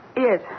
Yes